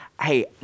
hey